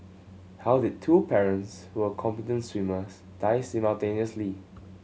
how did the two parents who were competent swimmers die simultaneously